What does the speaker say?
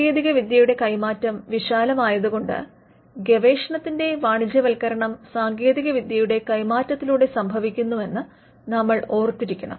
സാങ്കേതികവിദ്യയുടെ കൈമാറ്റം വിശാലമായത് കൊണ്ട് ഗവേഷണത്തിന്റെ വാണിജ്യവൽക്കരണം സാങ്കേതികവിദ്യയുടെ കൈമാറ്റത്തിലൂടെ സംഭവിക്കുന്നു എന്ന് നമ്മൾ ഓർത്തിരിക്കണം